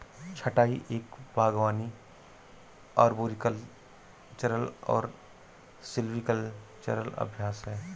छंटाई एक बागवानी अरबोरिकल्चरल और सिल्वीकल्चरल अभ्यास है